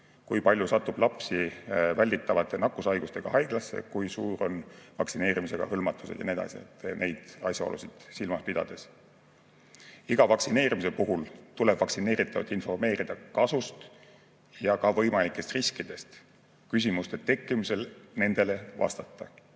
kui palju satub lapsi välditavate nakkushaigustega haiglasse, kui suur on vaktsineerimisega hõlmatus ja nii edasi. Neid asjaolusid peetakse silmas. Iga vaktsineerimise puhul tuleb vaktsineeritavat informeerida kasust ja ka võimalikest riskidest, küsimuste tekkimisel tuleb nendele vastata.